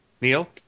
Neil